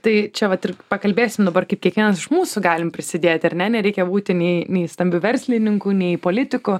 tai čia vat ir pakalbėsim dabar kaip kiekvienas iš mūsų galim prisidėti ar ne nereikia būti nei nei stambiu verslininku nei politiku